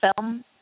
film